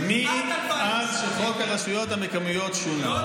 מאז שחוק הרשויות המקומיות שונה,